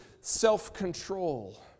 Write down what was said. self-control